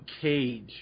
Cage